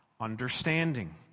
understanding